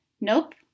nope